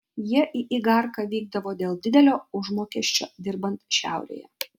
jie į igarką vykdavo dėl didelio užmokesčio dirbant šiaurėje